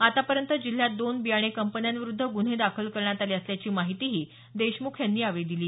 आतापर्यंत जिल्ह्यात दोन बियाणे कंपन्यांविरुध्द गुन्हे दाखल करण्यात आले असल्याची माहिती देशमुख यांनी दिली